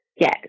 yes